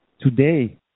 Today